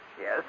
Yes